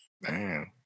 Man